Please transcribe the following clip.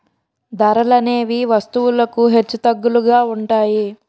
ధరలనేవి వస్తువులకు హెచ్చుతగ్గులుగా ఉంటాయి